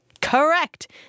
Correct